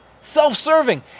self-serving